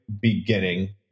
beginning